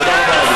תודה רבה, אדוני.